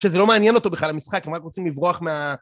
שזה לא מעניין אותו בכלל המשחק הם רק רוצים לברוח מה...